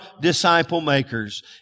disciple-makers